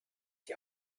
die